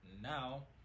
now